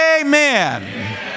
Amen